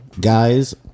Guys